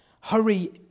Hurry